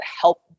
help